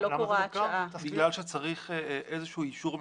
בגלל שצריך איזשהו אישור מסירה.